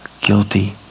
guilty